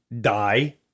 die